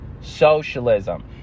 socialism